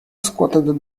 squatted